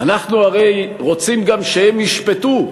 אנחנו הרי גם רוצים שהם ישפטו.